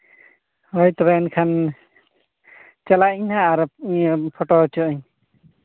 ᱦᱳᱭ ᱛᱚᱵᱮ ᱮᱱᱠᱷᱟᱱ ᱪᱟᱞᱟᱜ ᱟᱹᱧ ᱦᱟᱸᱜ ᱯᱷᱳᱴᱳ ᱦᱚᱪᱚᱜ ᱟᱹᱧ